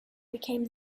became